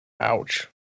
Ouch